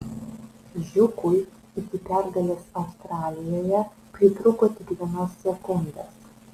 žiūkui iki pergalės australijoje pritrūko tik vienos sekundės